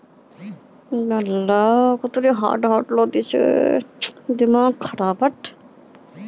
वर्त्तमानत यू.पी.आई निधि स्थानांतनेर सब स लोकप्रिय माध्यम छिके